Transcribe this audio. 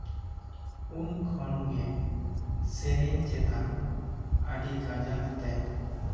ᱩᱱ ᱠᱷᱚᱱ ᱜᱮ ᱥᱮᱨᱮᱧ ᱪᱮᱛᱟᱱ ᱟᱰᱹᱤ ᱠᱟᱡᱟᱠ ᱛᱮ